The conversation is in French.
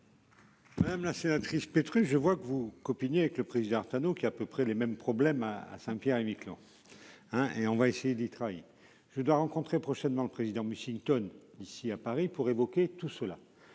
Ministre. La sénatrice Petrus. Je vois que vous copiner avec le président Artano qui a à peu près les mêmes problèmes à à Saint Pierre et Miquelon. Hein, et on va essayer d'y travailler. Je dois rencontrer prochainement le président Mussington ici à Paris pour évoquer tout cela.